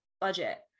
budget